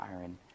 iron